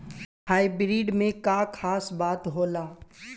Hybrid में का खास बात होला?